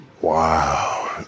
wow